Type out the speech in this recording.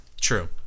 true